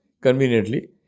conveniently